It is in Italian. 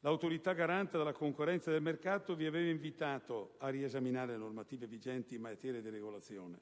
L'Autorità garante della concorrenza e del mercato vi aveva invitato a riesaminare le normative vigenti in materia di regolazione.